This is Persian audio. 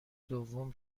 دوم